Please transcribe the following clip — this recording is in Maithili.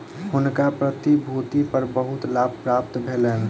हुनका प्रतिभूति पर बहुत लाभ प्राप्त भेलैन